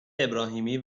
ابراهیمی